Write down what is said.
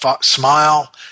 smile